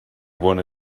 wanna